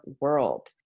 world